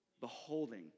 Beholding